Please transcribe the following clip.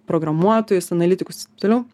programuotojus analitikus taip toliau